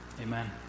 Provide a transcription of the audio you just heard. amen